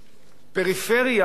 אני אומר את זה לאוזניה של הממשלה,